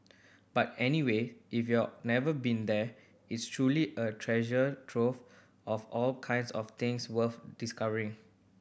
but anyway if you're never been there it's truly a treasure trove of all kinds of things worth discovering